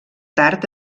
tard